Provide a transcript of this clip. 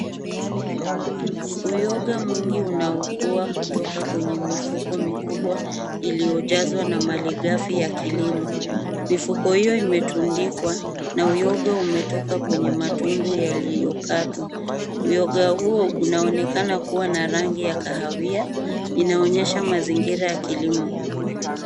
Uyoga mwingi unaokuwa kutoka kwenye mifuko mkubwa iliyojazwa na mali gafi ya kilimo. Mifuko hiyo imetundikwa na uyoga umetoka kwenye matundu yaliyokatwa. Uyoga huo unaonekana kuwa na rangi ya kahawia. Inaonyesha mazingira ya kilimo.